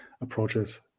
approaches